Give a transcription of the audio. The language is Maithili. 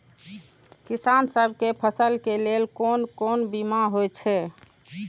किसान सब के फसल के लेल कोन कोन बीमा हे छे?